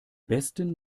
besten